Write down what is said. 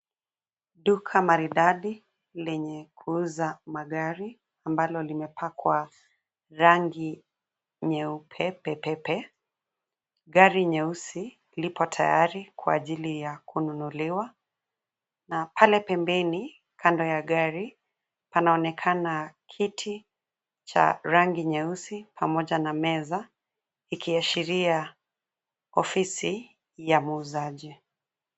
Duka maridadi, lenye kuuza magari ambalo limepakwa rangi nyeupe pepepe. Gari nyeusi lipo tayari kwa ajili ya kununuliwa, na pale pembeni, kando ya gari, panaonekana kiti cha rangi nyeusi pamoja na meza, ikiashiria ofisi ya muuzaji.